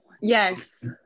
Yes